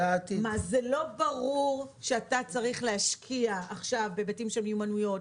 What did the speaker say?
זה לא ברור שאתה צריך להשקיע עכשיו בהיבטים של מיומנויות,